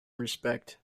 respect